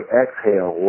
exhale